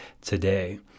today